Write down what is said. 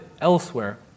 elsewhere